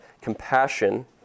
compassion